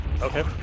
Okay